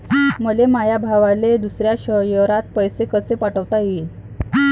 मले माया भावाले दुसऱ्या शयरात पैसे कसे पाठवता येईन?